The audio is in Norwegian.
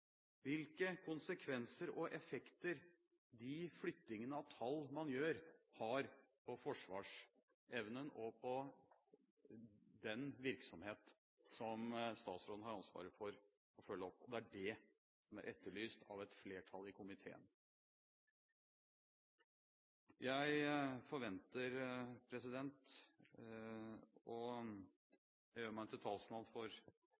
hvilke konsekvenser og effekter de flyttingene av tall man gjør, har for forsvarsevnen og for den virksomheten som statsråden har ansvaret for å følge opp. Det er det som er etterlyst av et flertall i komiteen. Jeg forventer – og da gjør jeg meg til talsmann for